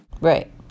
Right